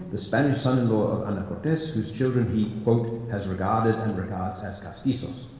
the spanish son-in-law of ana cortes, whose children he, quote, has regarded and regards as castizos.